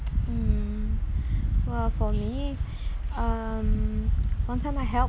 hmm well for me um one time I helped